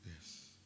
Yes